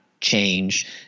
change